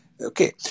Okay